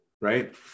Right